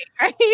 right